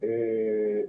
עובדים,